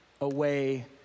away